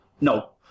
No